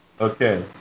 Okay